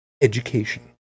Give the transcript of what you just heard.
education